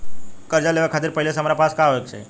कर्जा लेवे खातिर पहिले से हमरा पास का होए के चाही?